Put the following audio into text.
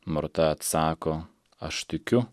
morta atsako aš tikiu